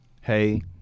Hey